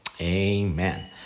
amen